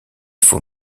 faut